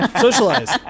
Socialize